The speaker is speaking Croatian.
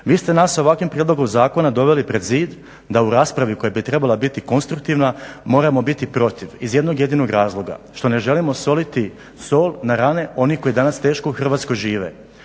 Vi ste nas ovakvim prijedlogom zakona doveli pred zid da u raspravi koja bi trebala biti konstruktivna moramo biti protiv iz jednog jedinog razloga što ne želimo soliti sol na rane onih koji danas teško u Hrvatskoj žive.